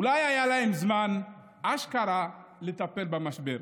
אולי היה להם זמן אשכרה לטפל במשבר".